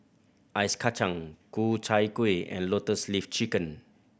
Ice Kachang Ku Chai Kuih and Lotus Leaf Chicken